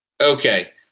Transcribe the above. okay